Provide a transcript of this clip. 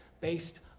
based